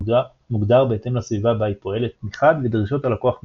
מוגדר בהתאם לסביבה בה היא פועלת מחד ודרישות הלקוח מאידך.